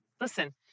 Listen